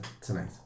tonight